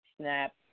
snap